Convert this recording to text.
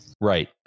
Right